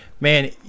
man